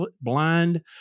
blind